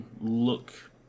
look